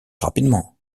rapidement